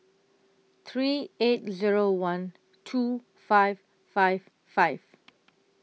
three eight Zero one two five five five